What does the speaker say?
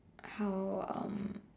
how um